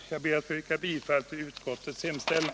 Jag ber att få yrka bifall till utskottets hemställan.